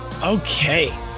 Okay